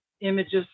images